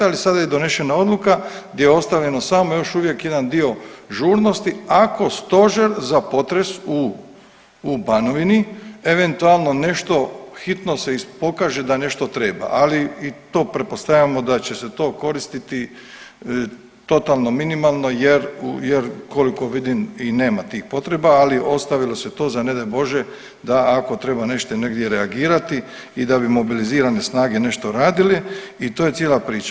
Ali sada je donešena odluka gdje je ostavljeno samo još uvijek jedan dio žurnosti ako stožer za potres u Banovini eventualno nešto hitno se ispokaže da nešto treba, ali i to pretpostavljamo da će se to koristiti totalno minimalno jer koliko vidim i nema tih potreba, ali ostavilo se to za ne daj Bože da ako treba nešto i negdje reagirati i da bi mobilizirane snage nešto radili i to je cijela priča.